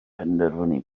penderfynu